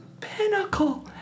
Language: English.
pinnacle